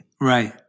right